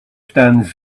stands